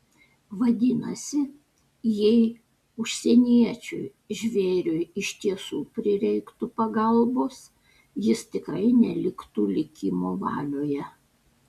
vadinasi jei užsieniečiui žvėriui iš tiesų prireiktų pagalbos jis tikrai neliktų likimo valioje